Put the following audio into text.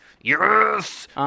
Yes